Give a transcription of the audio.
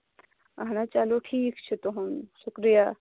اہن حظ چلو ٹھیٖک چھُ تُہُنٛد شُکریہ